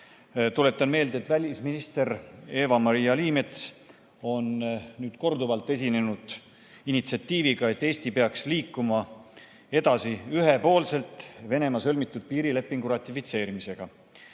Tuletan meelde, et välisminister Eva-Maria Liimets on korduvalt esinenud initsiatiiviga, et Eesti peaks ühepoolselt liikuma edasi Venemaaga sõlmitud piirilepingu ratifitseerimisega.